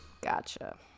gotcha